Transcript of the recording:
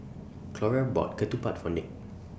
Clora bought Ketupat For Nick